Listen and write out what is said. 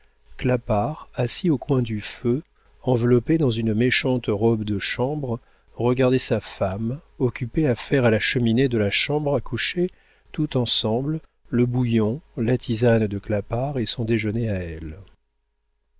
clapart assis au coin du feu enveloppé dans une méchante robe de chambre regardait sa femme occupée à faire à la cheminée de la chambre à coucher tout ensemble le bouillon la tisane de clapart et son déjeuner à elle